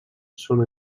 són